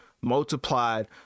multiplied